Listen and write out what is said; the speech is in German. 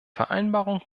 vereinbarung